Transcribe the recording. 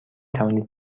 توانید